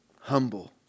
humble